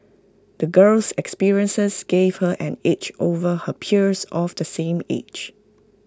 the girl's experiences gave her an edge over her peers of the same age